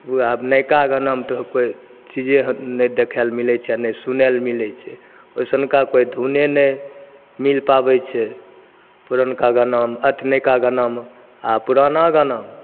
आब नवका गानामे तऽ कोइ चीजे नहि देखै लए मिलै छै आ नहि सुनए लए मिलै छै ओइसनका कोइ धूने नहि मिल पाबै छै पुरनका गानामे अथी नवका गानामे आ पुराना गाना